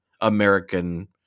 American